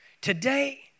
Today